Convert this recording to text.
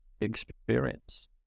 experience